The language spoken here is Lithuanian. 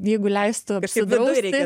jeigu leistų apsidrausti